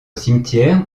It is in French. cimetière